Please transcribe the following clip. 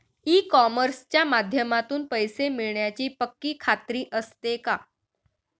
E कॉमर्सच्या माध्यमातून पैसे मिळण्याची पक्की खात्री असते का?